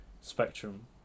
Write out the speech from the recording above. spectrum